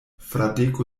fradeko